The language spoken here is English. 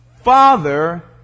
father